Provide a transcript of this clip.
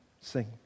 sing